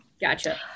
Gotcha